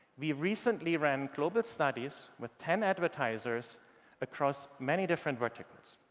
we recently ran global studies with ten advertisers across many different verticals